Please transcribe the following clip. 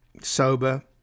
sober